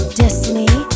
destiny